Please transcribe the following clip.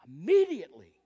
immediately